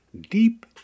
Deep